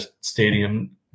stadium